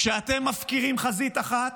כשאתם מפקירים חזית אחת,